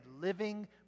living